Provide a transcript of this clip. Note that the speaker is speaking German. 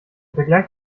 vergleich